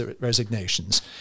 resignations